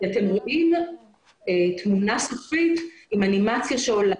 אתם רואים תמונה סופית עם אנימציה שעולה.